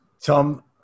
Tom